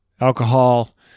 alcohol